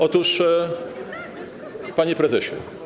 Otóż, panie prezesie.